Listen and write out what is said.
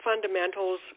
fundamentals